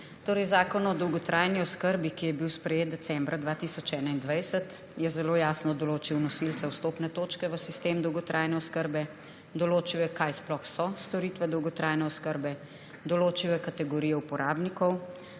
Zakon o dolgotrajni oskrbi, ki je bil sprejet decembra 2021, je zelo jasno določil nosilce vstopne točke v sistem dolgotrajne oskrbe, določil je, kaj sploh so storitve dolgotrajne oskrbe, določil je kategorije uporabnikov,